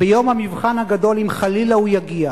ביום המבחן הגדול, אם חלילה הוא יגיע,